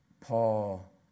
Paul